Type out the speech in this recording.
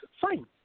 Fine